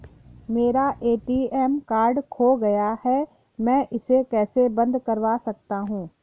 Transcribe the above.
मेरा ATM card खो गया है मैं इसे कैसे बंद करवा सकता हूँ?